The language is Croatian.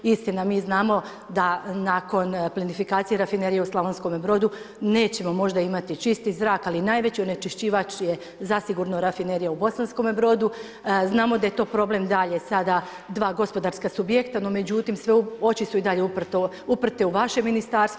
Istina mi znamo da nakon plinifikacije Rafinerije u Slavonskom Brodu nećemo možda imati čisti zrak, ali najveći onečišćivać je zasigurno Rafinerija u Bosanskome Brodu, znamo da je to problem dalje sada dva gospodarska subjekta, no međutim sve oči su i dalje uprte u vaše ministarstvo.